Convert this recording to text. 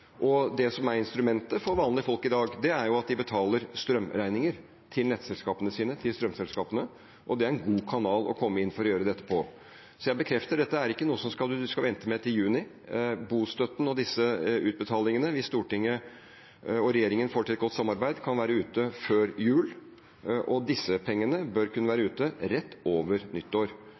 Det som er instrumentet for vanlige folk i dag, er at de betaler strømregninger til nettselskapet og strømselskapet sitt, og det er en god kanal å gå inn og gjøre dette via. Så jeg bekrefter: Dette er ikke noe man skal vente på til juni. Bostøtten og disse utbetalingene, hvis Stortinget og regjeringen får til et godt samarbeid, kan være ute før jul – og disse pengene bør kunne være ute rett over nyttår.